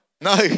No